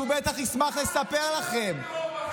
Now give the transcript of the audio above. שבטח ישמח לספר לכם.